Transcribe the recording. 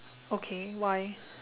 okay why